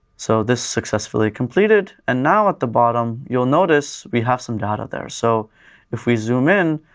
so this successfully completed and now at the bottom, you'll notice we have some data there. so if we zoom in,